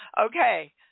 okay